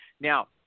Now